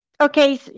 okay